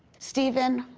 stephen,